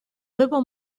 nuevo